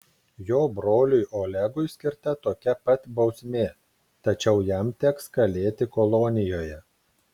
jo broliui olegui skirta tokia pat bausmė tačiau jam teks kalėti kolonijoje